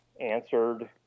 answered